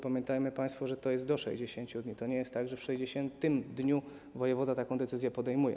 Pamiętajcie państwo, że to jest do 60 dni, to nie jest tak, że w 60. dniu wojewoda taką decyzję podejmuje.